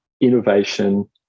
innovation